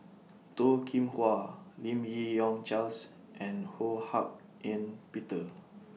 Toh Kim Hwa Lim Yi Yong Charles and Ho Hak Ean Peter